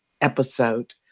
episode